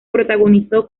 protagonizó